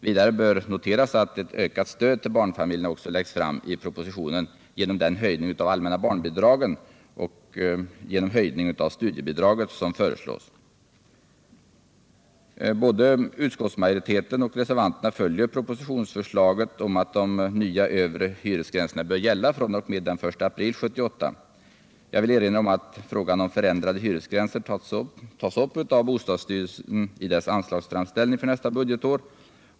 Slutligen bör noteras att ett ökat stöd till barnfamiljerna också läggs fram i propositionen genom den föreslagna höjningen av de allmänna barnbidragen och av studiebidraget. Både utskottsmajoriteten och reservanterna följer propositionsförslaget om att de nya övre hyresgränserna bör gälla fr.o.m. den 1 april 1978. Jag vill erinra om att frågan om förändrade hyresgränser tagits upp av bostadsstyrelsen i dess anslagsframställning för nästa budgetår.